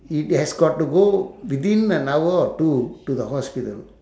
he has got to go within an hour or two to the hospital